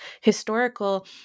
historical